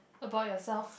about yourself